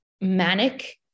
manic